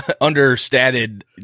understated